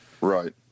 right